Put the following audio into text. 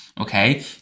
okay